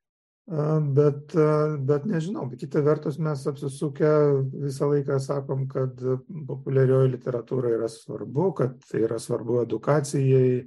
bet bet nežinau kita vertus mes apsisukę visą laiką sakom kad populiarioji literatūra yra svarbu kad tai yra svarbu edukacijai